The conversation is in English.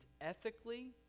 ethically